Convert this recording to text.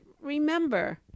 remember